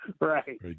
right